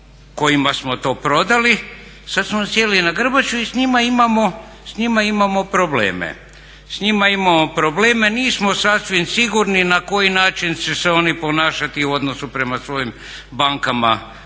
kojima smo to prodali sad su nam sjeli na grbaču i s njima imamo probleme. S njima imamo probleme. Nismo sasvim sigurni na koji način će se oni ponašati u odnosu prema svojim bankama